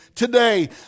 today